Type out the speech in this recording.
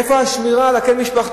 איפה השמירה על הקן המשפחתי?